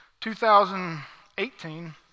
2018